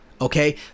Okay